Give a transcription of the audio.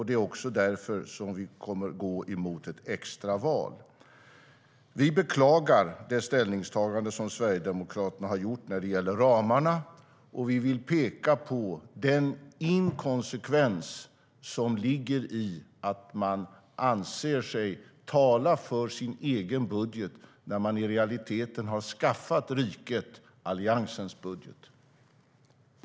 Det är också därför som vi går mot ett extraval.